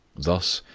thus,